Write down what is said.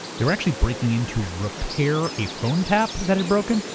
they were actually breaking into repair a phone tap that had broken.